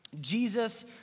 Jesus